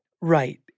Right